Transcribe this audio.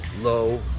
low